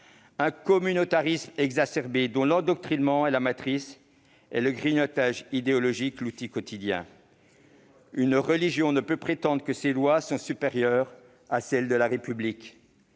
d'un communautarisme exacerbé, dont l'endoctrinement est la matrice et le grignotage idéologique l'outil quotidien. Une religion ne peut prétendre que ses lois sont supérieures à celles de la République.